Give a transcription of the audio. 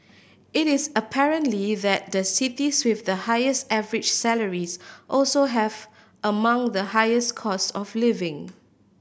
it is apparent lee that the cities with the highest average salaries also have among the highest cost of living